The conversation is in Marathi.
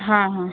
हां हा